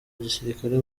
gisirikare